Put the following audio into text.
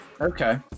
okay